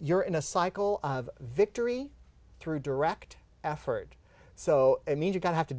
you're in a cycle of victory through direct afeard so i mean you've got have to